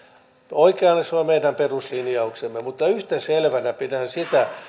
oikeana ja se on meidän peruslinjauksemme mutta yhtä selvänä pidän sitä